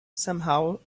somehow